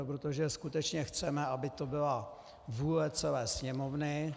Protože skutečně chceme, aby to byla vůle celé Sněmovny.